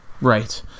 Right